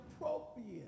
appropriate